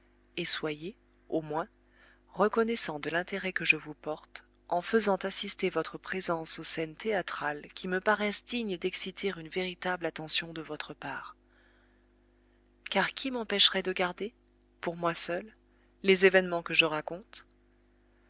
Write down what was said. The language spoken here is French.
et soyez au moins reconnaissant de l'intérêt que je vous porte en faisant assister votre présence aux scènes théâtrale qui me paraissent dignes d'exciter une véritable attention de votre part car qui m'empêcherait de garder pour moi seul les événements que je raconte